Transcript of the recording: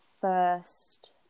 first